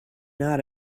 not